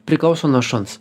priklauso nuo šuns